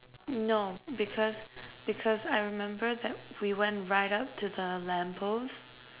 no because because I remember that we went right up to the lamp post